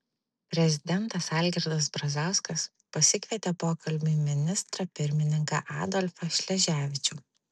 prezidentas algirdas brazauskas pasikvietė pokalbiui ministrą pirmininką adolfą šleževičių